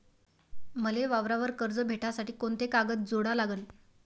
मले वावरावर कर्ज भेटासाठी कोंते कागद जोडा लागन?